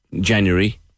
January